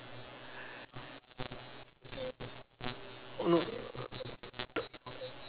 no